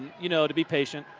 you know, to be patient.